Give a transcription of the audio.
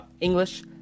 English